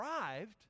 arrived